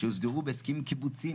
שיוסדרו בהסכמים קיבוציים.